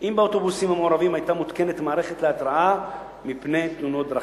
אם באוטובוסים המעורבים היתה מותקנת מערכת להתרעה מפני תאונות דרכים.